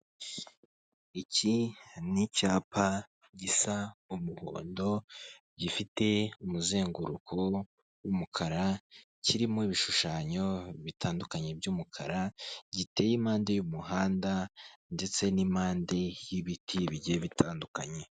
Iki ni icyapa gisa umuhondo, gifite umuzenguruko w'umukara, kirimo ibishushanyo bitandukanye by'umukara, giteyepande y'umuhanda ndetse n'impande y'ibiti bigiye bitandukanye.